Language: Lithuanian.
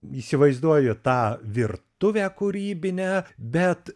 įsivaizduoju tą virtuvę kūrybinę bet